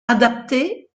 adaptées